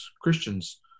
Christians